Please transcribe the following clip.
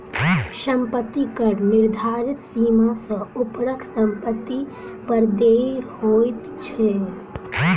सम्पत्ति कर निर्धारित सीमा सॅ ऊपरक सम्पत्ति पर देय होइत छै